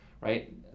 right